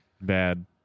bad